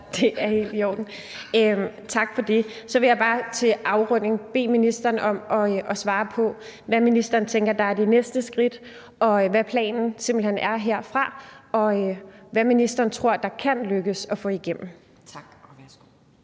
Velasquez (EL): Tak. Så vil jeg bare til afrunding bede ministeren om at svare på, hvad ministeren tænker er det næste skridt, hvad planen simpelt hen er herfra, og hvad ministeren tror det kan lykkes at få igennem. Kl.